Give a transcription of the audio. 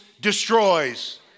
destroys